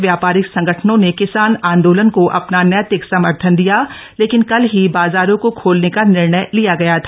व्यापारिक संगठनों ने किसान आंदोलन को अपना नैतिक समर्थन दिया लेकिन कल ही बाजारों को खोलने का निर्णय लिया गया था